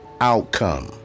outcome